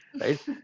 right